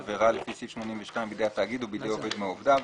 עבירה לפי סעיף 82 בידי התאגיד או בידי עובד מעובדיו.